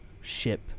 ship